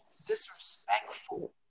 disrespectful